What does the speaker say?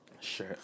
Sure